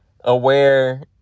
aware